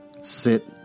sit